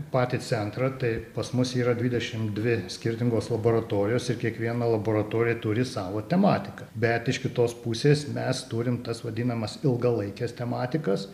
patį centrą tai pas mus yra dvidešimt dvi skirtingos laboratorijos ir kiekviena laboratorija turi savo tematiką bet iš kitos pusės mes turim tas vadinamas ilgalaikes tematikas